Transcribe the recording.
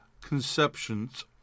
conceptions